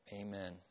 amen